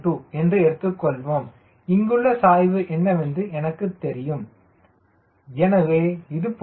2 என்று எடுத்துக்கொள்வோம் இங்குள்ள சாய்வு என்னவென்று எனக்குத் தெரியும் CmCL SM 0